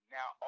Now